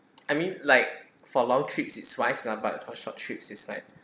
I mean like for long trips it's wise lah but for short trips is like